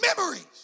memories